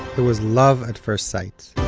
it was love at first sight.